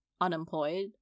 unemployed